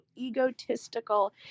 egotistical